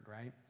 right